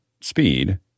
speed